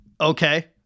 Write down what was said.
okay